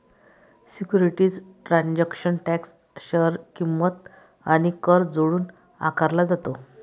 securities transaction tax share किंमत आणि कर जोडून आकारला जातो